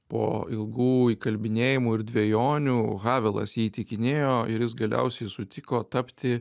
po ilgų įkalbinėjimų ir dvejonių havelas jį įtikinėjo ir jis galiausiai sutiko tapti